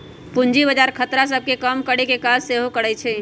पूजी बजार खतरा सभ के कम करेकेँ काज सेहो करइ छइ